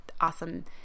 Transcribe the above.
awesome